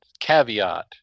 caveat